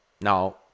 now